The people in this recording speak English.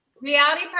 reality